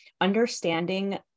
understanding